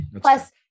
Plus